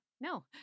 No